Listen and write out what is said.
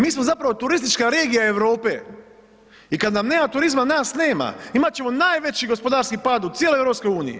Mi smo zapravo turistička regija Europe i kad nam nema turizma, nas nema, imat ćemo najveći gospodarski pad u cijeloj EU.